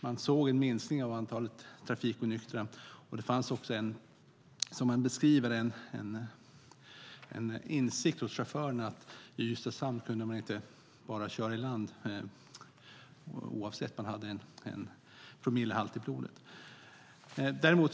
Man såg en minskning av antalet trafikonyktra, och som man beskriver det fanns det också en insikt hos chaufförerna att de inte kunde köra i land i Ystads hamn oavsett om de hade en promillehalt i blodet eller inte.